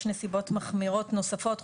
יש נסיבות מחמירות נוספות,